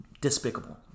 despicable